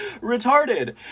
retarded